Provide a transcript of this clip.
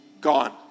gone